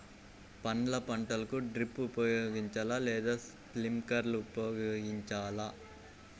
పండ్ల పంటలకు డ్రిప్ ఉపయోగించాలా లేదా స్ప్రింక్లర్ ఉపయోగించాలా?